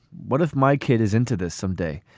what if my kid is into this someday?